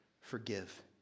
forgive